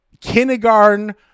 kindergarten